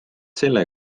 selle